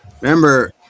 Remember